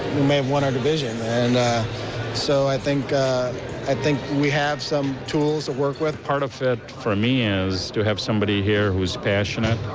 we may have won our division. and so i think i think we have some tools to work with. part of it for me is to have somebody here who is passionate,